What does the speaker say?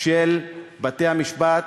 של בתי-המשפט,